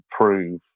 prove